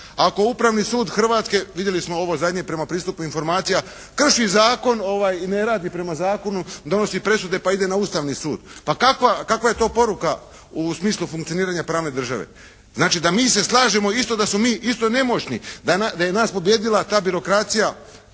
Ako upravni sud Hrvatske vidjeli smo ovo zadnje prema pristupu informacija, krši zakon i ne radi prema zakonu, donosi presude pa ide na Ustavni sud, pa kakva je to poruka u smislu funkcioniranja pravne države. Znači da mi se slažemo isto da smo mi isto nemoćni, da je nas pobijedila ta birokracija